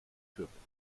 fürbitten